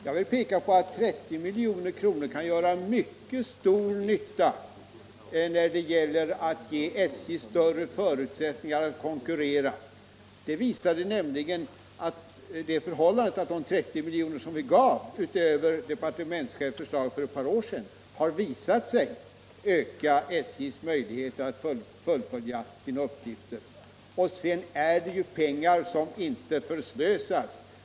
Jag vill peka på att 30 milj.kr. kan göra mycket stor nytta när det gäller att ge SJ större förutsättningar att konkurrera. De 30 miljoner som anslogs utöver departementschefens förslag för ett par år sedan har visat sig öka SJ:s möjligheter att fullfölja sina uppgifter. Och sedan är det ju pengar som inte förslösas.